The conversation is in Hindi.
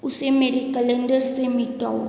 उसे मेरी कलेंडर से मिटाओ